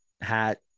hat